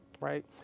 right